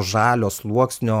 žalio sluoksnio